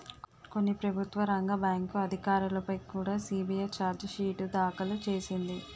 కొన్ని ప్రభుత్వ రంగ బ్యాంకు అధికారులపై కుడా సి.బి.ఐ చార్జి షీటు దాఖలు చేసింది